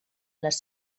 les